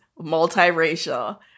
multiracial